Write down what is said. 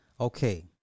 okay